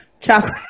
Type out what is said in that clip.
Chocolate